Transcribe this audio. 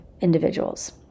individuals